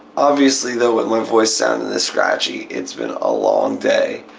obviously though with my voice sounding this scratchy, it's been a long day,